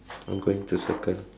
I'm going to circle